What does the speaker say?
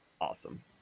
awesome